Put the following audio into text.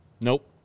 Nope